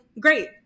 great